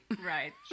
Right